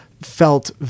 felt